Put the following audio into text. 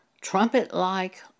trumpet-like